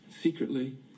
Secretly